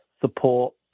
support